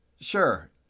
Sure